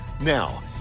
Now